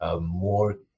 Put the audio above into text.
more